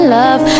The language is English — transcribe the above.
love